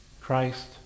Christ